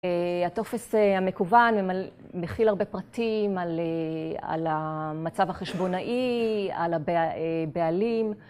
הטופס המקוון מכיל הרבה פרטים על המצב החשבונאי, על הבעלים